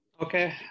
Okay